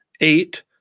Eight